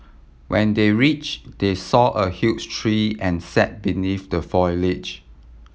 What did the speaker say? when they reach they saw a huge tree and sat beneath the foliage